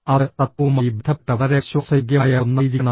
അത് സത്യവുമായി ബന്ധപ്പെട്ട വളരെ വിശ്വാസയോഗ്യമായ ഒന്നായിരിക്കണം